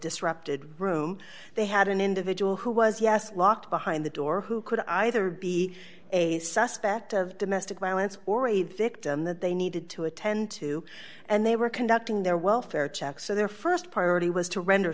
disrupted room they had an individual who was yes locked behind the door who could either be a suspect of domestic violence or a victim that they needed to attend to and they were conducting their welfare checks so their st priority was to render